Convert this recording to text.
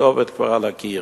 הכתובת כבר על הקיר.